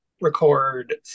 record